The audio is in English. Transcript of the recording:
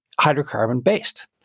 hydrocarbon-based